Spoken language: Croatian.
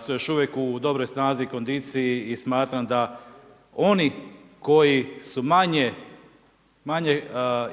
su još uvijek u dobroj snazi, kondiciji i smatram da oni koji su manje